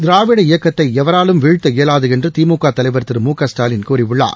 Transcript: திராவிட இயக்கத்தை யவராலும் வீழ்த்த இயலாது என்று திமுக தலைவர் திரு மு க ஸ்டாலின் கூறியுள்ளார்